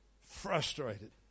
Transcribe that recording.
Frustrated